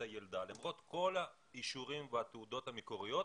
הילדה למרות כל האישורים והתעודות המקוריות,